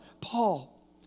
Paul